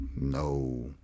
no